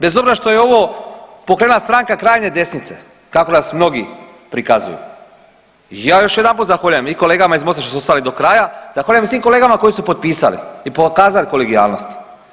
Bez obzira što je ovo pokrenula stranka krajnje desnice, kako nas mnogi prikazuju i ja još jedanput zahvaljujem i kolegama iz Mosta što su ostali do kraja, zahvaljujem svim kolegama koji su potpisali i pokazali kolegijalnosti.